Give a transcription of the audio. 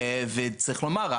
וצריך לומר,